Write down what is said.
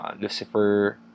Lucifer